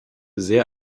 sehr